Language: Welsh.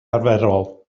arferol